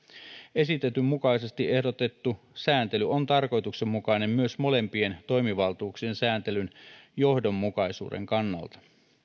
esitetyn mukaisesti ehdotettu sääntely on tarkoituksenmukainen myös molempien toimivaltuuksien sääntelyn johdonmukaisuuden kannalta